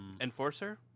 Enforcer